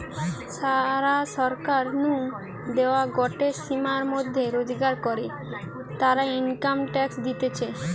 যারা সরকার নু দেওয়া গটে সীমার মধ্যে রোজগার করে, তারা ইনকাম ট্যাক্স দিতেছে